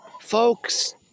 folks